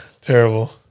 terrible